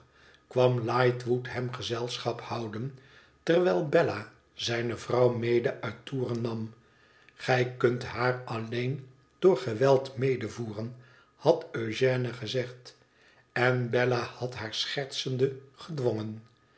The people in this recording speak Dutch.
kwam lightwood hem gezelschap houden terwijl bella zijne vrouw mede uit toeren nam gij kunt haar alleen door geweld medevoeren had eugène gezegd en bella had haar schertsende gedwongen